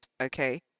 okay